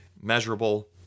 measurable